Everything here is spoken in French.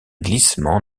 glissement